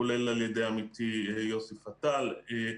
כולל על ידי עמיתי יוסי פתאל.